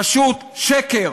פשוט שקר.